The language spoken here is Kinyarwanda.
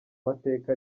mateka